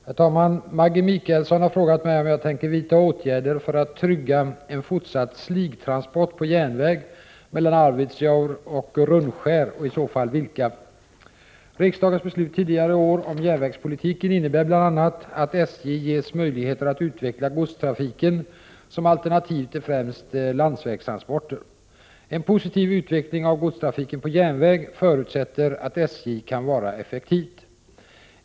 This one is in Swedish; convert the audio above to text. Herr talman! Maggi Mikaelsson har frågat mig om jag tänker vidta åtgärder ”för att trygga en fortsatt sligtransport på järnväg mellan Arvidsjaur och Rönnskär och i så fall vilka”. Riksdagens beslut tidigare i år om järnvägspolitiken innebär bl.a. att SJ ges möjligheter att utveckla godstrafiken som alternativ till främst landsvägstransporter. En positiv utveckling av godstrafiken på järnväg förutsättser att SJ kan vara effektivt.